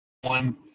one